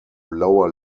lower